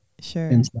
sure